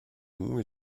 nous